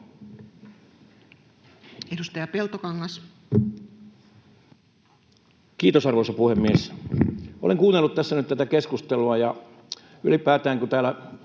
13:05 Content: Kiitos, arvoisa puhemies! Olen kuunnellut tässä nyt tätä keskustelua, ja ylipäätään, kun täällä